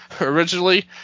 originally